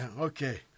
okay